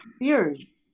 theory